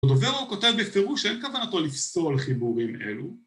‫הדובר, הוא כותב בפירוש ‫שאין כוונתו לפסול חיבורים אלו.